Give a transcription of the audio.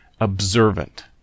observant